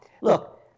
Look